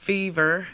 Fever